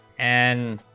and